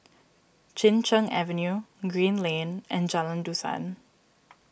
Chin Cheng Avenue Green Lane and Jalan Dusan